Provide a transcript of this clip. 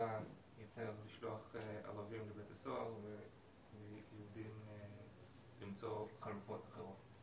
נטייה יותר לשלוח ערבים לבית סוהר וליהודים למצוא חלופות אחרות.